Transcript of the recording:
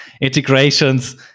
integrations